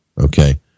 Okay